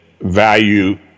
value